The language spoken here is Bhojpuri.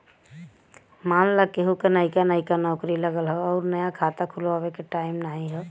मान ला केहू क नइका नइका नौकरी लगल हौ अउर नया खाता खुल्वावे के टाइम नाही हौ